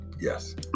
Yes